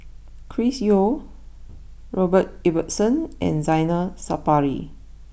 Chris Yeo Robert Ibbetson and Zainal Sapari